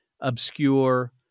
obscure